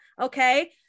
Okay